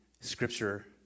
Scripture